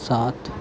सात